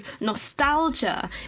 nostalgia